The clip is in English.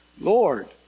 Lord